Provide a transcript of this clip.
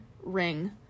ring